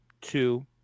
two